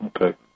Okay